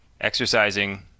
exercising